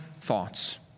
thoughts